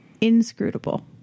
inscrutable